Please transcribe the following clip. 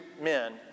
men